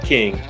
King